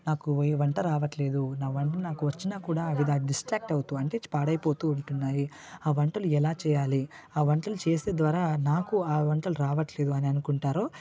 నాకు ఈ వంట రావట్లేదు నా వంట నాకు వచ్చినా కూడా అది నాకు డిస్ట్ట్రాక్ట్ అయితు అంటే పాడైపోతూ ఉంటున్నాయి ఆ వంటలు ఎలా చేయాలి ఆ వంటలు చేస్తే ద్వారా నాకు ఆ వంటలు రావట్లేదు అనుకుంటారో